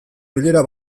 bilera